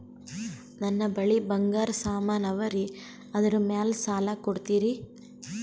ನನ್ನ ಬಳಿ ಬಂಗಾರ ಸಾಮಾನ ಅವರಿ ಅದರ ಮ್ಯಾಲ ಸಾಲ ಕೊಡ್ತೀರಿ?